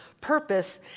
purpose